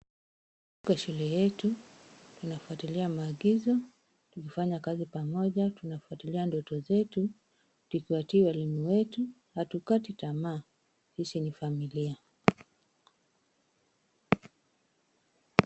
Kwa shule yetu tunafuatilia maagizo, kufanya kazi pamoja ,tunafuatilia ndoto zetu ,tukiwatii walimu wetu na hatukati tamaa. Sisi ni familia.